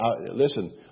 Listen